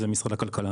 זה משרד הכלכלה.